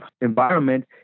environment